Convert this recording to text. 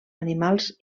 animals